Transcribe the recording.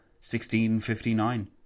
1659